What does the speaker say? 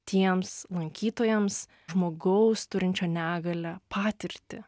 tiems lankytojams žmogaus turinčio negalią patirtį